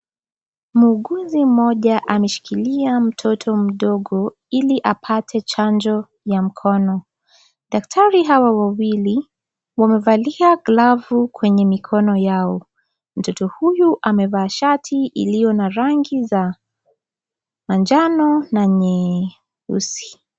Muuguzi mmoja ameshikilia mtoto mdogo ili apate chanjo ya mkono daktari hawa wawili wamevalia glavu kwenye mikono yao mtoto huyu amevaa shati iliyo na rangi za manjano na nyeusi.